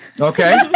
Okay